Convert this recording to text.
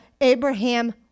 Abraham